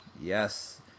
Yes